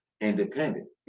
independent